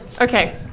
Okay